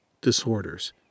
disorders